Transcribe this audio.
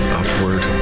upward